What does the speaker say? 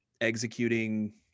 executing